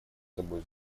собой